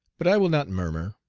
but i will not murmur.